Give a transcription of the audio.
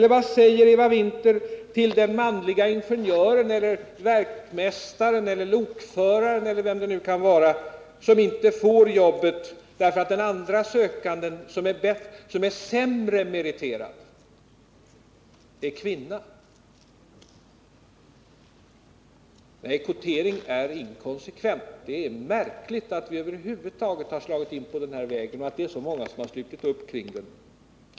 Vad säger Eva Winther till den manlige ingenjör, verkmästare eller lokförare som inte får jobbet därför att den andre sökanden som är sämre meriterad är kvinna? Nej, kvotering är inkonsekvent. Det är märkligt att man över huvud taget har slagit in på den vägen och att så många slutit upp kring den tanken.